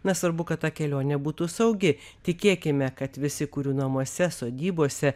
na svarbu kad ta kelionė būtų saugi tikėkime kad visi kurių namuose sodybose